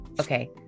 Okay